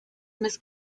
mis